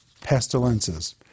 pestilences